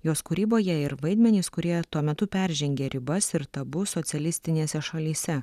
jos kūryboje ir vaidmenys kurie tuo metu peržengė ribas ir tabu socialistinėse šalyse